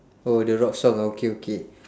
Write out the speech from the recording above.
oh the rock song ah okay okay